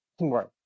Right